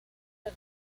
del